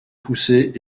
poussée